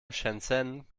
shenzhen